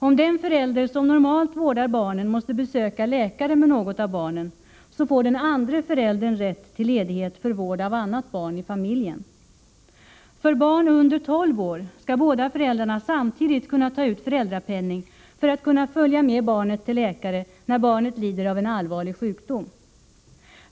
Om den förälder som normalt vårdar barnen måste besöka läkare med något av barnen, får den andre föräldern rätt till ledighet för vård av annat barn i familjen. För barn under tolv år skall båda föräldrarna samtidigt kunna ta ut föräldrapenning för att kunna följa med barnet till läkare när barnet lider av en allvarlig sjukdom.